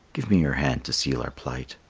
give me your hand to seal our plight.